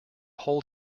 hold